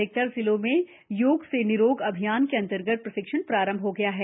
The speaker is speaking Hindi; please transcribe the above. अधिकतर जिलों में योग से निरोग अभियान के अंतर्गत प्रशिक्षण प्रारंभ हो गया है